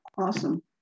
awesome